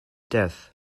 death